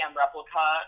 replica